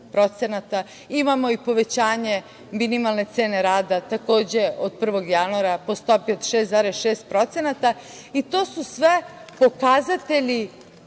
Imamo i povećanje minimalne cene rada, takođe od 1. januara, po stopi od 6,6%. To su sve pokazatelji